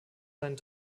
seinen